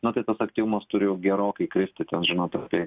na tai tas aktyvumas turi jau gerokai kristi ten žinot apie